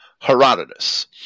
Herodotus